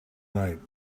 night